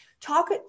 Talk